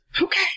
okay